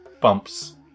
bumps